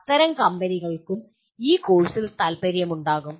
അത്തരം കമ്പനികൾക്കും ഈ കോഴ്സിൽ താൽപ്പര്യമുണ്ടാകും